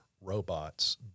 robots